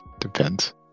Depends